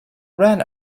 ran